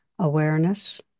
awareness